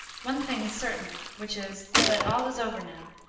one thing is certain, which is, that all is over now,